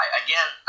again